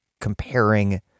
comparing